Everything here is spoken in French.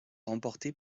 remportée